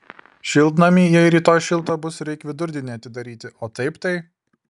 šiltnamį jei rytoj šilta bus reik vidurdienį atidaryti o taip tai